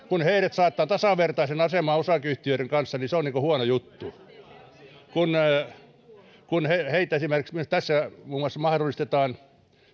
kun heidät saattaa tasavertaiseen asemaan osakeyhtiöiden kanssa niin se on huono juttu esimerkiksi tässä muun muassa mahdollistetaan